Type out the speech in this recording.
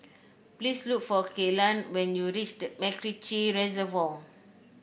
please look for Kelan when you reach the MacRitchie Reservoir